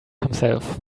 himself